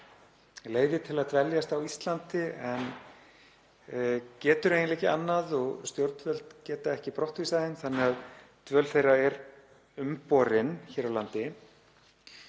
leyfi til að dveljast á Íslandi getur eiginlega ekki annað og stjórnvöld geta ekki brottvísað þeim þannig að dvöl þeirra er umborin hér á landi.